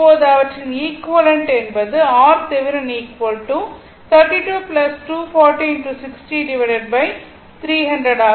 இப்போது அவற்றின் ஈக்வலென்ட் என்பது RThevenin ஆக இருக்கும் அது 80 கிலோ Ω மற்றும் கெப்பாசிட்டர் 5 மைக்ரோஃபாரட்